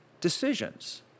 decisions